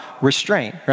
restraint